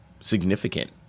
significant